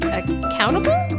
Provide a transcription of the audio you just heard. accountable